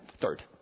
Third